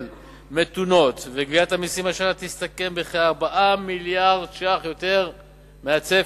מתונות וגביית המסים השנה תסתכם בכ-4 מיליארדי שקלים יותר מהצפי,